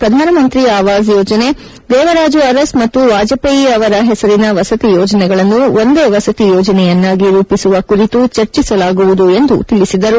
ಪ್ರಧಾನಮಂತ್ರಿ ಆವಾಸ್ ಯೋಜನೆ ದೇವರಾಜು ಅರಸ್ ಮತ್ತು ವಾಜಪೇಯಿ ಅವರ ಹೆಸರಿನ ವಸತಿ ಯೋಜನೆಗಳನ್ನು ಒಂದೇ ವಸತಿ ಯೋಜನೆಯನ್ನಾಗಿ ರೂಪಿಸುವ ಕುರಿತು ಚರ್ಚಿಸಲಾಗುವುದು ಎಂದು ತಿಳಿಸಿದರು